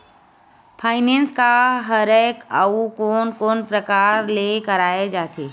Finance का हरय आऊ कोन कोन प्रकार ले कराये जाथे?